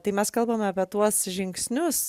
tai mes kalbame apie tuos žingsnius